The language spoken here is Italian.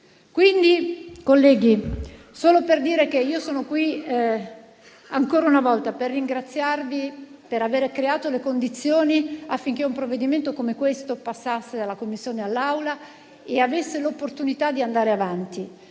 non cumulabili. Io sono qui, ancora una volta, per ringraziarvi per aver creato le condizioni affinché un provvedimento come questo passasse dalla Commissione all'Assemblea e avesse l'opportunità di andare avanti.